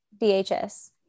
DHS